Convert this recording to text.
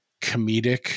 comedic